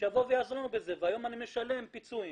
שיבוא ויעזור לנו בזה, והיום אני משלם פיצויים.